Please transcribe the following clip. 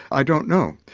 i don't know.